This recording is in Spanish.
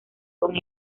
con